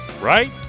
right